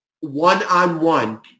one-on-one